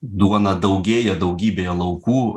duona daugėja daugybėje laukų